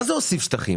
מה זה הוסיף שטחים?